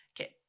Okay